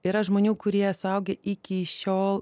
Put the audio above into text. yra žmonių kurie suaugę iki šiol